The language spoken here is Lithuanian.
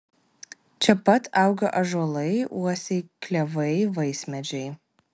čia pat auga ąžuolai uosiai klevai vaismedžiai